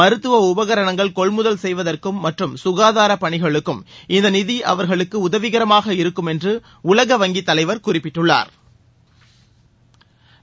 மருத்துவ உபகரணங்கள் கொள்முதல் செய்வதற்கும் மற்றும் சுகாதார பணிகளுக்கும் இந்த நிதி அவர்களுக்கு உதவிகரமாக இருக்கும் என்று உலக வங்கி தலைவர் குறிப்பிட்டுள்ளாா்